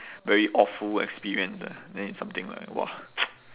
very awful experience ah then it's something like !wah!